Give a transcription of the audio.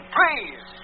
please